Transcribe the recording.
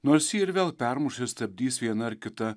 nors jį ir vėl permuš ir stabdys viena ar kita